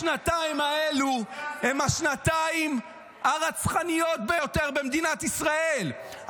השנתיים האלו הן השנתיים הרצחניות ביותר במדינת ישראל,